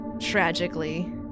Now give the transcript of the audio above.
tragically